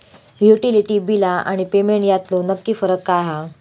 Utility बिला आणि payment यातलो नक्की फरक काय हा?